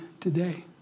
today